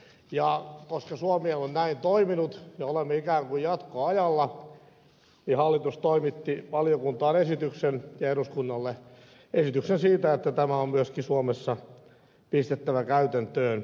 ja koska suomi on näin toiminut me olemme ikään kuin jatkoajalla niin hallitus toimitti valiokuntaan ja eduskunnalle esityksen siitä että tämä on myöskin suomessa pistettävä käytäntöön